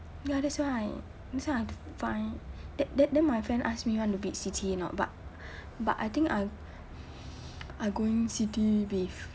ya that's why that's why I have to find then then my friend ask me want to bid C_T or not but but I think I I going C_T with